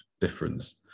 difference